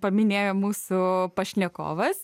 paminėjo mūsų pašnekovas